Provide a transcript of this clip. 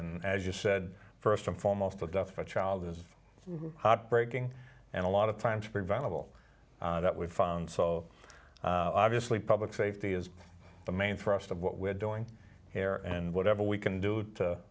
and as you said first and foremost for death for a child is heartbreaking and a lot of times preventable that we've found so obviously public safety is the main thrust of what we're doing here and whatever we can do to